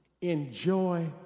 enjoy